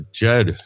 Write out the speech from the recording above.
jed